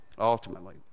ultimately